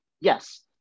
yes